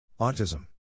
Autism